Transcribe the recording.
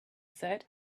said